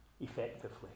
effectively